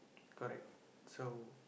correct so